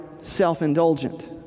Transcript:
self-indulgent